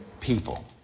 people